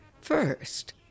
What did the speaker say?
First